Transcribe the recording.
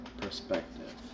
perspective